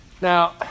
Now